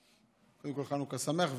קודם כול חנוכה שמח,